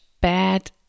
bad